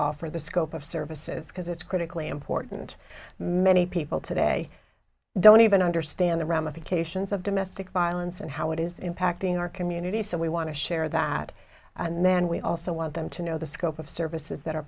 offer the scope of services because it's critically important many people today don't even understand the ramifications of domestic violence and how it is impacting our community so we want to share that and then we also want them to know the scope of services that are